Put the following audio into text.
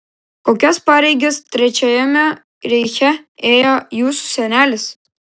kokias pareigas trečiajame reiche ėjo jūsų senelis